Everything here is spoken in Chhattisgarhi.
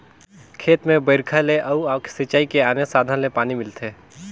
खेत में बइरखा ले अउ सिंचई के आने साधन ले पानी मिलथे